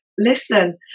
Listen